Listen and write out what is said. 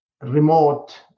remote